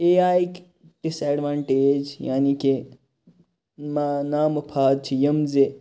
A آیِکۍ disadvantage یعنی کہِ ما نا مُفاد چھِ یِم زِ